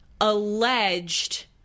alleged